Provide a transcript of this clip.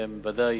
והם ודאי